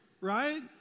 right